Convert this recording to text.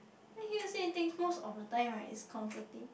then hear you say things most of the time right is comforting